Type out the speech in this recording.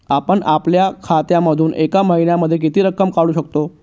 आपण आपल्या खात्यामधून एका महिन्यामधे किती रक्कम काढू शकतो?